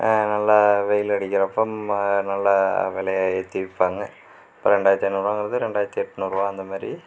நல்லா வெயில் அடிக்கிறப்ப நல்லா விலையே ஏற்றி விற்பாங்க இப்போ ரெண்டாயிரத்தி ஐநூறுபாங்குறது ரெண்டாயிரத்தி எட்நூறுபா அந்தமாதிரி